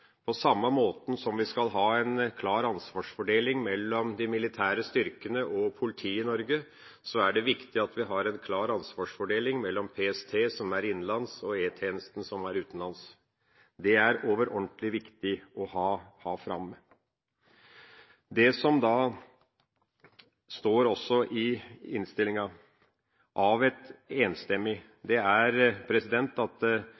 På samme måte som vi skal ha en klar ansvarsfordeling mellom de militære styrkene og politiet i Norge, er det viktig at vi har en klar ansvarsfordeling mellom PST, som er innenlands, og E-tjenesten, som er utenlands. Det er overordentlig viktig å ha framme. Det som også står i innstillinga, avgitt enstemmig, er at